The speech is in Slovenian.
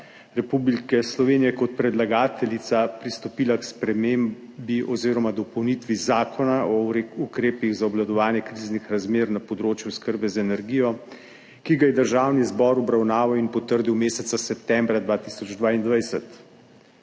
Republike Slovenije kot predlagateljica pristopila k spremembi oziroma dopolnitvi Zakona o ukrepih za obvladovanje kriznih razmer na področju oskrbe z energijo, ki ga je Državni zbor obravnaval in potrdil meseca septembra 2022.